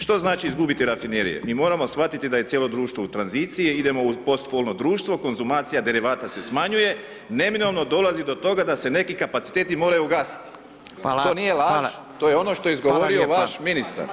Što znači izgubiti rafinerije, mi moramo shvatiti da je cijelo društvo u tranziciji idemo u postfolno društvo, konzumacija derivata se smanjuje, neminovno dolazi do toga da se neki kapaciteti moraju ugasiti [[Upadica: Hvala.]] to nije laž to je ono što je izgovorio vaš ministar.